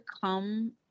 come